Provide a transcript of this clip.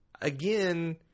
Again